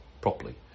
Properly